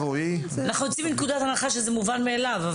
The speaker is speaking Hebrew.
אנחנו יוצאים מנקודת הנחה שזה מובן מאליו,